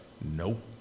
Nope